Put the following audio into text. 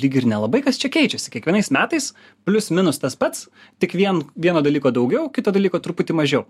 lyg ir nelabai kas čia keičiasi kiekvienais metais plius minus tas pats tik vien vieno dalyko daugiau kito dalyko truputį mažiau